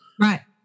right